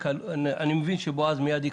אני מבין שבועז מייד יקפוץ.